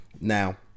Now